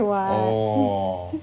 orh